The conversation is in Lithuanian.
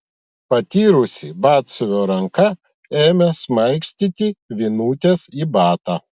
patyrusi batsiuvio ranka ėmė smaigstyti vinutes į batą